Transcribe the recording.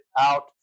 out